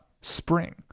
spring